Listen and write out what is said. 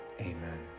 Amen